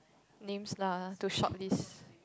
names lah to shortlist